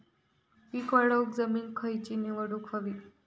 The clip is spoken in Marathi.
पीक वाढवूक जमीन खैची निवडुक हवी?